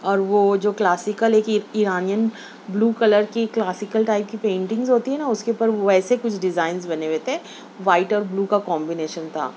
اور وہ جو کلاسیکل یہ کہ ایرانئن بلیو کلر کی کلاسیکل ٹائپ کی پینٹنگز ہوتی ہیں نا اس کے اوپر ویسے کچھ ڈیزائن بنے ہوئے تھے وائٹ اور بلیو کا کومبینیشن تھا